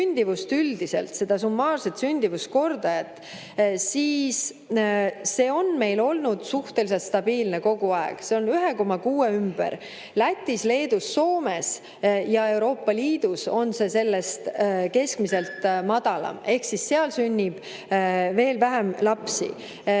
sündimust üldiselt, seda summaarset sündimuskordajat, siis see on meil olnud suhteliselt stabiilne kogu aeg, see on 1,6 ümber. Lätis, Leedus, Soomes ja Euroopa Liidus on see sellest keskmiselt madalam, seal sünnib veel vähem lapsi.